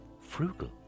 Frugal